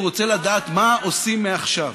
הוא רוצה לדעת מה עושים מעכשיו,